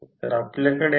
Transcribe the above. तर हा डॉट घेतला आहे